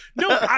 No